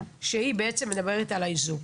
שהיא בעצם מדברת על האיזוק.